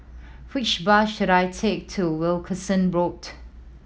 which bus should I take to Wilkinson Road